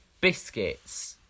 Biscuits